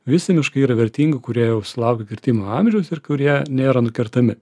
visi miškai yra vertingi kurie jau sulaukė kirtimo amžiaus ir kurie nėra nukertami